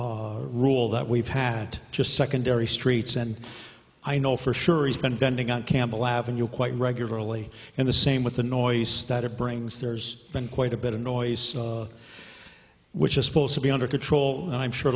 rule that we've had just secondary streets and i know for sure he's been bending on campbell avenue quite regularly and the same with the noise that it brings there's been quite a bit of noise which is supposed to be under control and i'm sure